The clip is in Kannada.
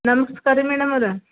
ನಮ್ಸ್ಕಾರ ರೀ ಮೇಡಮರ